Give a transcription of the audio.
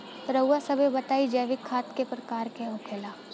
रउआ सभे बताई जैविक खाद क प्रकार के होखेला?